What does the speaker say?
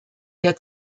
der